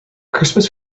christmas